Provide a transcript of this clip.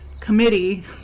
Committee